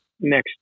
next